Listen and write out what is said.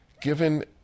given